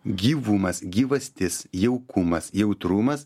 gyvumas gyvastis jaukumas jautrumas